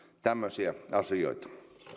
tämmöisiä asioita